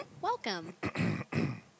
Welcome